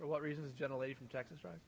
for what reason is generally from texas right